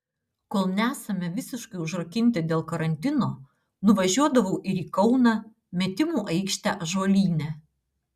kol nesame visiškai užrakinti dėl karantino nuvažiuodavau ir į kauną metimų aikštę ąžuolyne